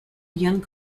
young